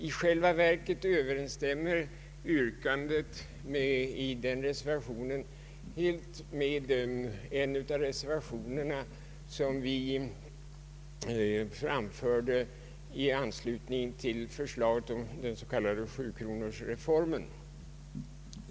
I själva verket överensstämmer yrkandet i denna reservation med en reservation som vi framförde i anslutning till förslaget om den s.k. sjukronorsreformen.